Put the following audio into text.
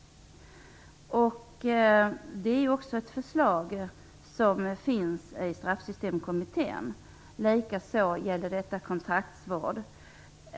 Det är också ett förslag som finns i Straffsystemkommittén. Detsamma gäller för kontraktsvård.